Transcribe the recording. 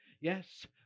Yes